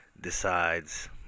Decides